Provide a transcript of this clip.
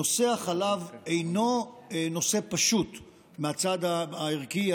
נושא החלב אינו נושא פשוט מהצד הערכי,